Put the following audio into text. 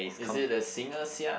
is it the singer Sia